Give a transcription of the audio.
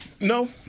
No